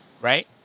Right